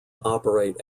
operate